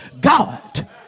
God